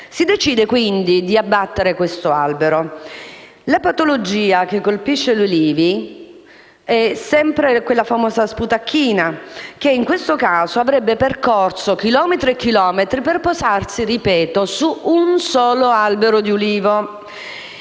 Si decide, quindi, di abbattere questo albero. La patologia che colpisce gli ulivi è sempre quella famosa sputacchina che, in questo caso, avrebbe percorso chilometri e chilometri per posarsi, ripeto, su un solo albero di ulivo.